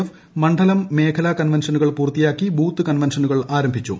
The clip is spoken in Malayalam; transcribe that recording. എഫ് മണ്ഡലം മേഖലാ കൺവൻഷനുകൾ പൂർത്തിയാക്കി ബൂത്ത് കൺവൻഷനുകൾ ആരംഭിച്ചു